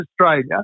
Australia